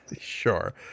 Sure